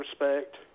respect